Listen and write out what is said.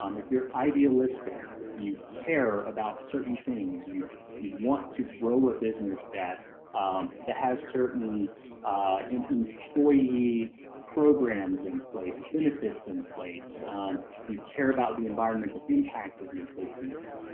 um if you're idealistic. if you care about certain things you you want to grow a business that um that has certain employee programs in place benefits in place you care about the environmental impact of your business.